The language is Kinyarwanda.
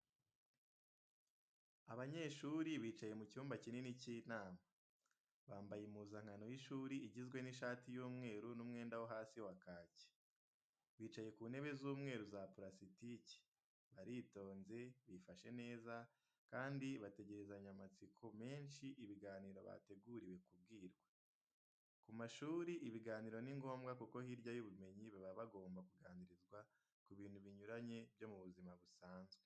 Abanyeshuri bicaye mu cyumba kinini cy'inama. Bambaye impuzankano y'ishuri igizwe n'ishati y'umweru n'umwenda wo hasi wa kaki. Bicaye ku ntebe z'umweru za purasitiki. Baritonze, bifashe neza kandi bategerezanye amatsiko menshi ibiganiro bateguriwe kubwirwa. Ku mashuri ibiganiro ni ngombwa kuko hirya y'ubumenyi baba bagomba kuganirizwa ku bintu binyuranye byo mu buzima busanzwe.